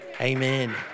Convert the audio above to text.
Amen